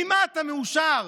ממה אתה מאושר?